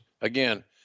again